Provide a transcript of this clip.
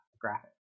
graphic